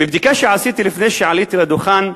מבדיקה שעשיתי לפני שעליתי לדוכן,